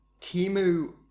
Timu